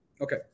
Okay